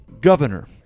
Governor